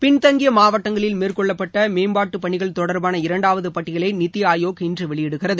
பின்தங்கிய மாவட்டங்களில் மேற்கொள்ளப்பட்ட மேம்பாட்டு பணிகள் தொடர்பான இரண்டாவது பட்டியலை நித்தி ஆயோக் இன்று வெளியிடுகிறது